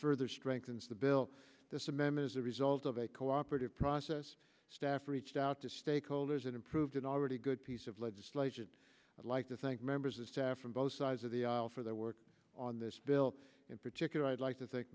strengthens the bill this a meme is the result of a cooperative process staff reached out to stakeholders and improved an already good piece of legislation i'd like to thank members of staff from both sides of the aisle for their work on this bill in particular i'd like to thank